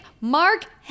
Mark